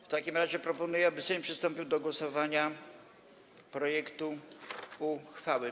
W takim razie proponuję, aby Sejm przystąpił do głosowania nad projektem uchwały.